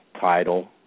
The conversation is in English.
title